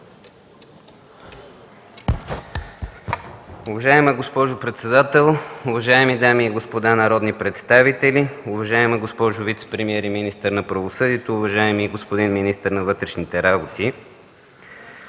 Уважаема госпожо председател, уважаеми дами и господа народни представители, уважаема госпожо вицепремиер и министър на правосъдието, уважаеми господин министър на вътрешните работи!